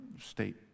state